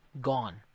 gone